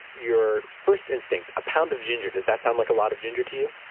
your first instinct, a pound of ginger. does that sound like a lot of ginger to you?